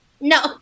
No